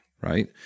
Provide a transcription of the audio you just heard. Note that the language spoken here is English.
right